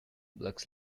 looks